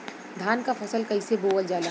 धान क फसल कईसे बोवल जाला?